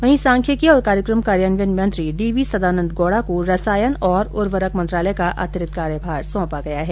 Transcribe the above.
वहीं सांख्यिकी और कार्यक्रम कार्यान्वयन मंत्री डीवी सदानंद गौड़ा को रसायन और उर्वरक मंत्रालय का अतिरिक्त कार्यभार सौंपा गया है